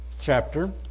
chapter